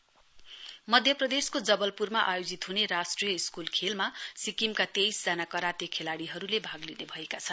karate मध्येप्रदेशको जवलपुरमा आयोजित हुने राष्ट्रिय स्कूल खेलमा सिक्किमका तेइस जना कराते खेलाड़ीहरुले भाग लिने भएका छन्